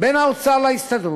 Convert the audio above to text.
בין האוצר להסתדרות.